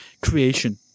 creation